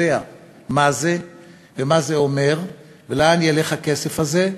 מה זה ומה זה אומר ולאן ילך הכסף הזה.